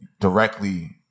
directly